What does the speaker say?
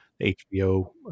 HBO